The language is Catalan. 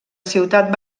ciutat